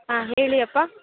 ಹಾಂ ಹೇಳಿಯಪ್ಪ